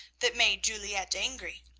that made juliette angry.